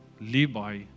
Levi